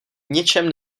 ničem